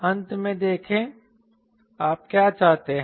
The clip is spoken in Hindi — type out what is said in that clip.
अंत में देखें आप क्या चाहते हैं